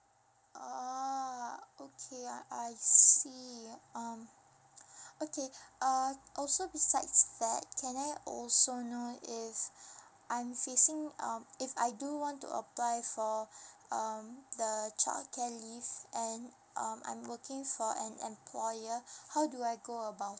oh okay I I see um okay uh also besides that can I also know if I'm facing um if I do want to apply for um the childcare leave and um I'm working for an employer how do I go about